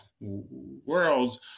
worlds